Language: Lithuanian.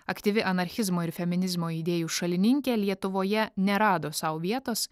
aktyvi anarchizmo ir feminizmo idėjų šalininkė lietuvoje nerado sau vietos